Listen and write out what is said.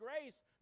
grace